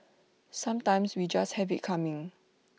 sometimes we just have IT coming